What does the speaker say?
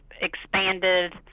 expanded